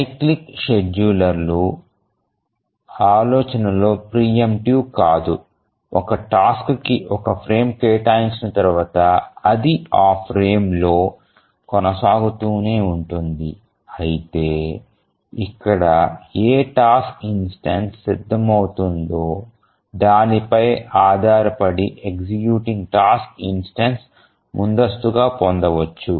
cyclic షెడ్యూలర్లు ఆలోచన లో ప్రీమిటివ్ కాదు ఒక టాస్క్ కి ఒక ఫ్రేమ్ కేటాయించిన తర్వాత అది ఆ ఫ్రేమ్లో కొనసాగుతూనే ఉంటుంది అయితే ఇక్కడ ఏ టాస్క్ ఇన్స్టెన్సు సిద్ధమవుతుందో దాని పై ఆధారపడి ఎగ్జిక్యూటింగ్ టాస్క్ ఇన్స్టెన్సు ముందస్తుగా పొందవచ్చు